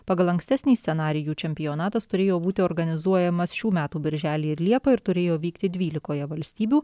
pagal ankstesnį scenarijų čempionatas turėjo būti organizuojamas šių metų birželį ir liepą ir turėjo vykti dvylikoje valstybių